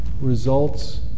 results